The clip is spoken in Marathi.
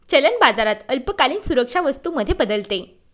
चलन बाजारात अल्पकालीन सुरक्षा वस्तू मध्ये बदलते